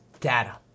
data